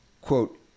quote